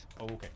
Okay